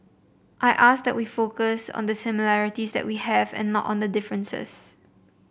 I ask that we focus on the similarities that we have and not on the differences